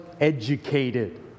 educated